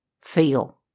Feel